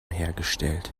hergestellt